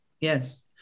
Yes